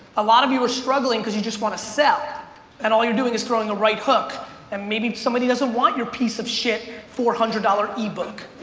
a lot of you are struggling because you just wanna sell and all you're doing is throwing the right hook and maybe somebody doesn't want your piece of shit, four hundred dollars ebook.